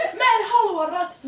mad ah one